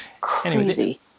Crazy